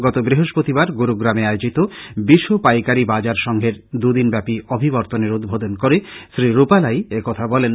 গত বৃহস্পতিবার গুরুগ্রামে আয়োজিত বিশ্ব পাইকারী বাজার সংঘের দুদিনব্যাপী অভিবর্তনের উদ্ভোধন করে শ্রী রুপালাই একথা বলেন